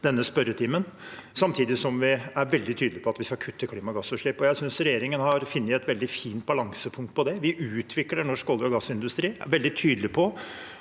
Samtidig er vi veldig tydelige på at vi skal kutte klimagassutslipp. Jeg synes regjeringen har funnet et veldig fint balansepunkt der. Vi utvikler norsk olje- og gassindustri. Vi er veldig tydelige på